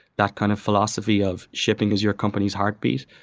that kind of philosophy of shipping as your company's heartbeat,